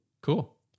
Cool